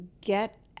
get